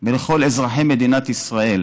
ולכל אזרחי מדינת ישראל.